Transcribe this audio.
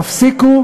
תפסיקו